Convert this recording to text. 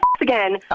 again